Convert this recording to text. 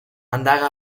andare